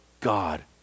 God